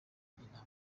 intambara